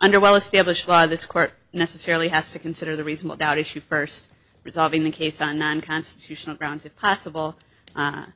under well established by this court necessarily has to consider the reasonable doubt issue first resolving the case on one constitutional grounds if possible